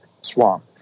swamp